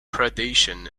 predation